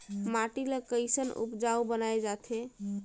माटी ला कैसन उपजाऊ बनाय जाथे?